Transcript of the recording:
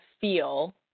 feel